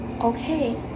Okay